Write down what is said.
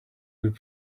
would